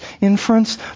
inference